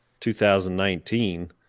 2019